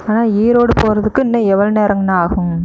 அண்ணா ஈரோடு போகிறதுக்கு இன்னும் எவ்வளோ நேரங்கண்ணா ஆகும்